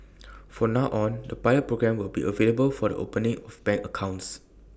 for now on the pilot programme will be available for the opening of bank accounts